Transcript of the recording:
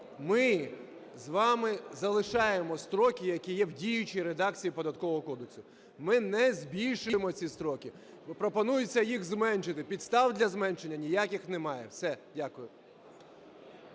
ми з вами залишаємо строки, які є в діючій редакції Податкового кодексу. Ми не збільшуємо ці строки, пропонується їх зменшити. Підстав для зменшення ніяких немає, все. Дякую.